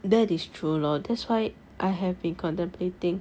that is true lor that's why I have been contemplating